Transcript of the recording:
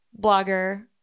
blogger